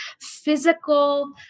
physical